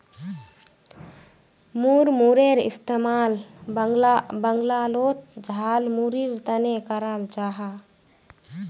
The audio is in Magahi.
मुड़मुड़ेर इस्तेमाल बंगालोत झालमुढ़ीर तने कराल जाहा